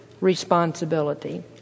responsibility